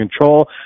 control